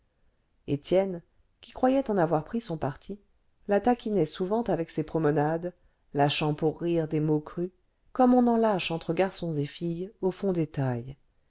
étienne qui croyait en avoir pris son parti la taquinait souvent avec ces promenades lâchant pour rire des mots crus comme on en lâche entre garçons et filles au fond des tailles